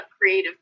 creative